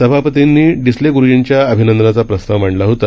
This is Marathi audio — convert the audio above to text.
सभापतींनीडिसलेग्रूजींच्याअभिनंदनाचाप्रस्तावमांडलाहोता